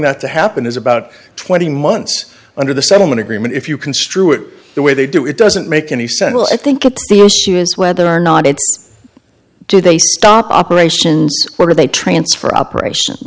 that to happen is about twenty months under the settlement agreement if you construe it the way they do it doesn't make any sense well i think it is whether or not it's do they stop operations or they transfer operations